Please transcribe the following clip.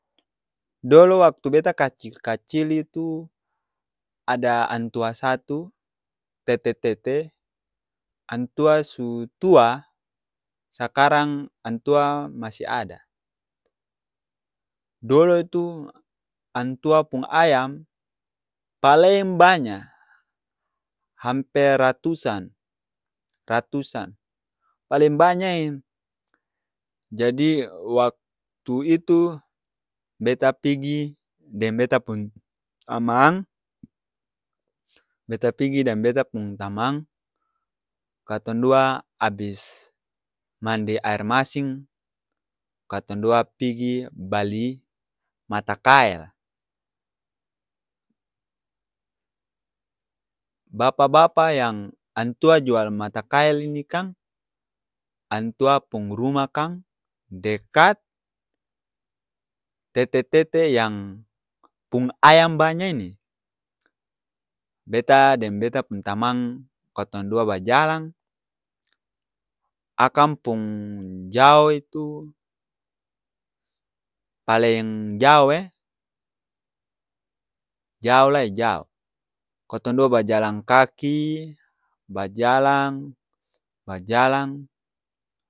Dolo waktu beta kacil-kacil itu, ada antua satu tete-tete, antua su tua, sakarang antua masih ada. Dolo itu antua pung ayam paleng banya. Amper ratusan. Ratusan. Paleng banya e. Jadi waktu itu beta pigi deng beta pung tamang, beta pigi deng beta pung tamang, katong dua abis mandi aer masing, katong dua pigi bali mata kael. Bapa-bapa yang antua jual mata kael ini kang, antua pung rumah kang dekat tete-tete yang pung ayam banya ini. Beta deng beta pung tamang, kotong dua bajalang, akang pung jaoh itu paleng jaoh e, jaoh lai jaoh. Katong dua bajalang kaki, bajalang, bajalang